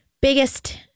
biggest